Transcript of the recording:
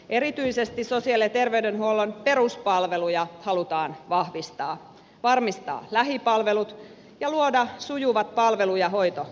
erityisesti halutaan vahvistaa sosiaali ja terveydenhuollon peruspalveluja varmistaa lähipalvelut ja luoda sujuvat palvelu ja hoitoketjut